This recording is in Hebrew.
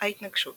ההתנגשות